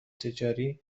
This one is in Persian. تجاری